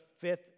fifth